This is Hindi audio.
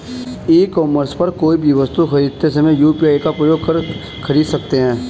ई कॉमर्स पर कोई भी वस्तु खरीदते समय यू.पी.आई का प्रयोग कर खरीद सकते हैं